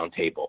roundtable